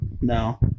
No